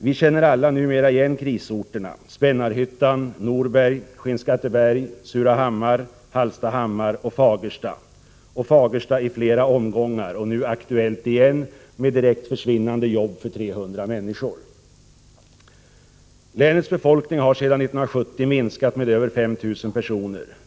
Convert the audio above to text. Vi känner alla numera igen krisorterna: Spännarhyttan, Norberg, Skinnskatteberg, Surahammar, Hallstahammar och Fagersta. Fagersta har i flera omgångar varit krisdrabbat, och det är nu återigen aktuellt genom att jobb för 300 människor hotar att direkt försvinna. Länets befolkning har sedan 1970 minskat med över 5 000 personer.